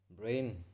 brain